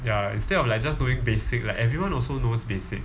ya instead of like just knowing basic like everyone also knows basic